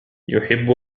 يحب